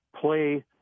play